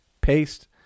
paste